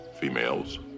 females